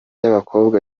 ry’abakobwa